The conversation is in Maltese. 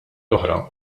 oħra